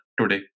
today